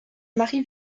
mari